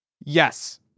Yes